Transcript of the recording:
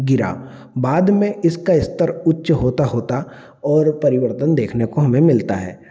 गिरा बाद में इसका स्तर उच्च होता होता और परिवर्तन देखने को हमें मिलता है